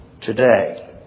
today